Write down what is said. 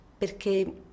perché